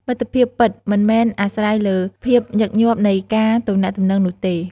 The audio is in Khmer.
មិត្តភាពពិតមិនមែនអាស្រ័យលើភាពញឹកញាប់នៃការទំនាក់ទំនងនោះទេ។